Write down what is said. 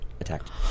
attacked